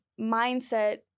mindset